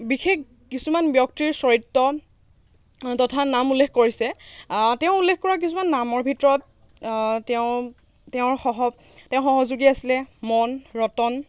বিশেষ কিছুমান ব্যক্তিৰ চৰিত্ৰ তথা নাম উল্লেখ কৰিছে তেওঁ উল্লেখ কৰা কিছুমান নামৰ ভিতৰত তেওঁ তেওঁৰ সহ তেওঁৰ সহযোগী আছিলে মন ৰতন